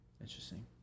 Interesting